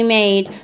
made